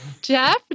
Jeff